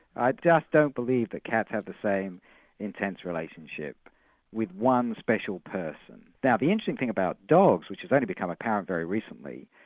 i just don't believe a cat has the same intense relationship with one special person. now the interesting thing about dogs, which has only become apparent very recently,